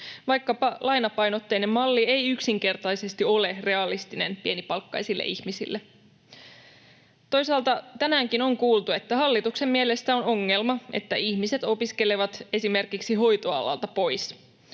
Vaikkapa lainapainotteinen malli ei yksinkertaisesti ole realistinen pienipalkkaisille ihmisille. Toisaalta tänäänkin on kuultu, että hallituksen mielestä on ongelma, että ihmiset opiskelevat esimerkiksi hoitoalalta pois,